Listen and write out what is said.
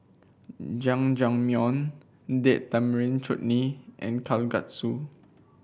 Jajangmyeon Date Tamarind Chutney and Kalguksu